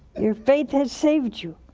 your faith has saved you.